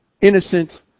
innocent